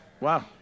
Wow